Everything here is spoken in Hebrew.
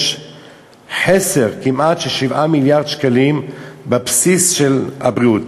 יש חסר של כמעט 7 מיליארד שקלים בבסיס של הבריאות.